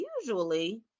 usually